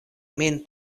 min